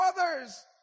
others